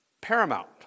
paramount